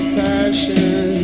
passion